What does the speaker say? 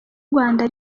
rwanda